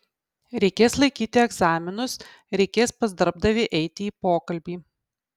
reikės laikyti egzaminus reikės pas darbdavį eiti į pokalbį